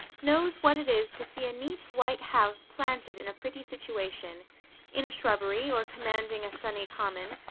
knows what it is to see a neat white house planted in a pretty situation in a shrubbery, or commanding a sunny common,